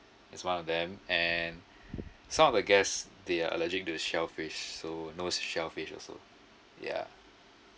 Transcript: that's one of them and some of the guests they are allergic to the shellfish so no shellfish also yeah